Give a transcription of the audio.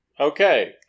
Okay